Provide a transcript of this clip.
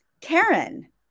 Karen